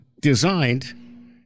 designed